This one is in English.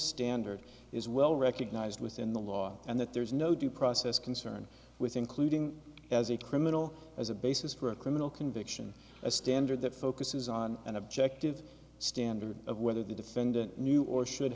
standard is well recognized within the law and that there is no due process concern with including as a criminal as a basis for a criminal conviction a standard that focuses on an objective standard of whether the defendant knew or should